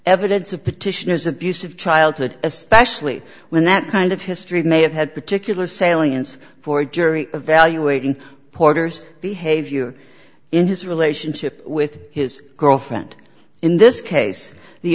evidence of petitioners abusive childhood especially when that kind of history may have had particular salience for jury evaluating porter's behavior in his relationship with his girlfriend in this case the